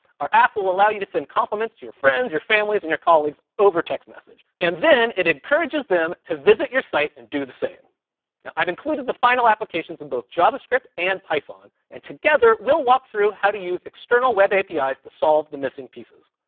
our app will allow you to send compliments to your friends, your families, and your colleagues over text message, and then it encourages them to visit your site, and do the same. now i've included the final applications in both javascript, and python, and together we'll walk through how to use external web apis yeah to solve the missing pieces.